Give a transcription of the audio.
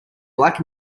black